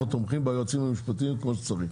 אנחנו תומכים ביועצים המשפטיים כמו שצריך,